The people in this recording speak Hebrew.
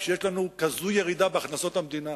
כשיש לנו כזו ירידה בהכנסות המדינה,